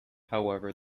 however